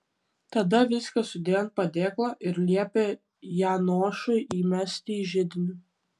tada viską sudėjo ant padėklo ir liepė janošui įmesti į židinį